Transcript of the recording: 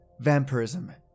Vampirism